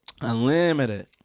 Unlimited